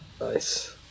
nice